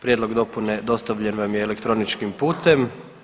Prijedlog dopune dostavljen vam je elektroničkim putem.